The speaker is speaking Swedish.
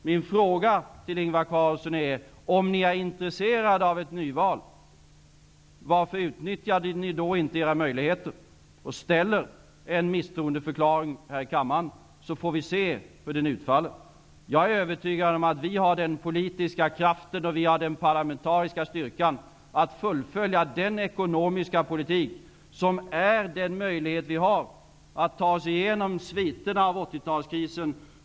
Min fråga till Ingvar Carlsson är: Om ni är intresserade av nyval, varför utnyttjar ni inte då era möjligheter till misstroendeförklaring här i kammaren? Då får vi se hur utfallet blir. Jag är övertygad om att vi har den politiska kraften och den parlamentariska styrkan att fullfölja den ekonomiska politik som är vår möjlighet att ta oss igenom sviterna av åttiotalskrisen.